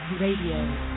Radio